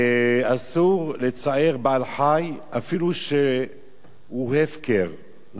אסור לצער בעל-חיים אפילו שהוא הפקר,